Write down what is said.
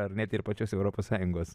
ar net ir pačios europos sąjungos